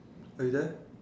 are you there